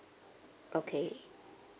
okay